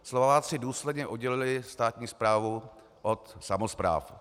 Slováci důsledně oddělili státní správu od samospráv.